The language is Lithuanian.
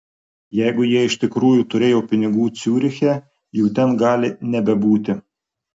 jeigu jie iš tikrųjų turėjo pinigų ciuriche jų ten gali nebebūti